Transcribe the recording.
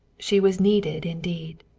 she was needed, indeed.